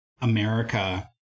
America